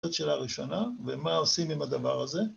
‫שאלה ראשונה, ומה עושים ‫עם הדבר הזה?